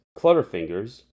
Clutterfingers